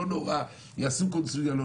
אם יעשו קונסוליה.